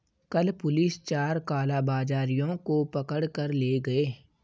कल पुलिस चार कालाबाजारियों को पकड़ कर ले गए